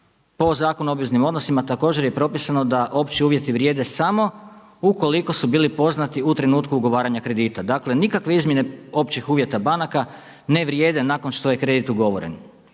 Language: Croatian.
Po Zakonu o obveznim odnosima također je propisano da opći uvjeti vrijede samo ukoliko su bili poznati u trenutku ugovaranja kredita. Dakle, nikakve izmjene općih uvjeta banaka ne vrijede nakon što je kredit ugovoren.